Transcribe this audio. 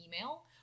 email